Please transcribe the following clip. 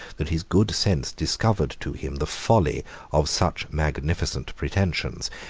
that his good sense discovered to him the folly of such magnificent pretensions,